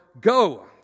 Go